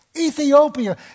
Ethiopia